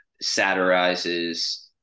satirizes